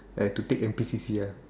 I had to take N_P_C_C ah